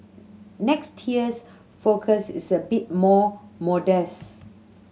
next year's forecast is a bit more modest